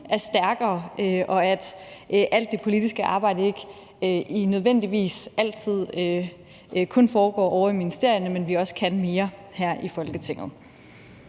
er stærkere, og at alt det politiske arbejde ikke nødvendigvis altid kun foregår ovre i ministerierne, men at vi også kan mere her i Folketinget.